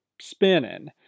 spinning